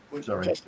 Sorry